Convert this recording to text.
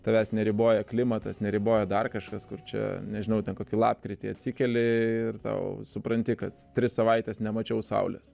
tavęs neriboja klimatas neriboja dar kažkas kur čia nežinau ten kokį lapkritį atsikeli ir tau supranti kad tris savaites nemačiau saulės